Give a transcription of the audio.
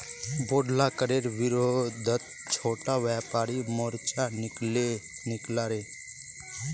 बोढ़ला करेर विरोधत छोटो व्यापारी मोर्चा निकला ले